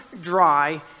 dry